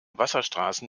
wasserstraßen